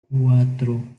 cuatro